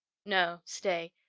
no, stay.